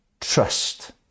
trust